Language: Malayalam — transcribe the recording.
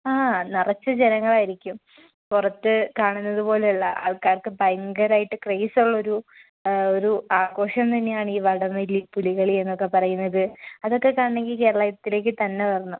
ആഹ് നിറച്ചു ജനങ്ങളായിരിക്കും പുറത്ത് കാണുന്നതുപോലെയല്ല ആൾക്കാർക്ക് ഭയങ്കരമായിട്ട് ക്രെയ്സുള്ളൊരു ഒരു ആഘോഷം തന്നെയാണ് ഈ വടംവലി പുലികളി എന്നൊക്കെ പറയുന്നത് അതൊക്കെ കാണണമെങ്കിൽ കേരളത്തിലേക്ക് തന്നെ വരണം